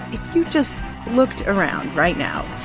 if you just looked around right now,